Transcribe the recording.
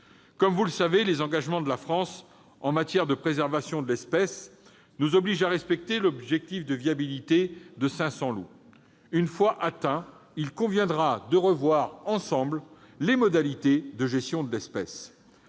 Comme vous le savez, les engagements de la France en matière de préservation de l'espèce nous obligent à respecter l'objectif de viabilité de 500 loups. Une fois cet objectif atteint, il conviendra de revoir ensemble les modalités de gestion de l'espèce.